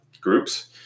groups